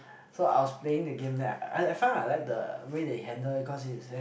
so I was playing the game that I I found I like the way they handle it cause it's there's